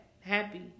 happy